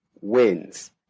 wins